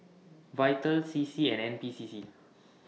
Vital C C and N P C C